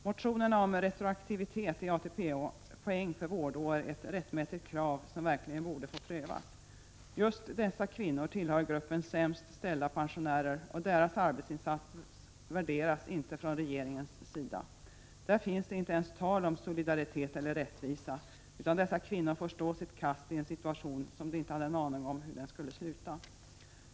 Motionerna om retroaktivitet i ATP-poäng för vårdår är ett rättmätigt krav som verkligen borde få prövas. Just dessa kvinnor tillhör gruppen sämst ställda pensionärer, och deras arbetsinsats värderas inte från regeringens sida. Det är inte ens tal om solidaritet eller rättvisa, utan dessa kvinnor får stå sitt kast i en situation där de inte hade en aning om hur det skulle sluta.